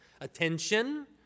attention